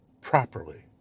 properly